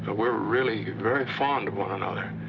ah we're really very fond of one another.